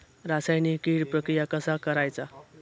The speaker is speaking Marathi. रासायनिक कीड प्रक्रिया कसा करायचा?